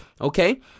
Okay